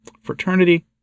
fraternity